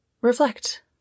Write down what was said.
reflect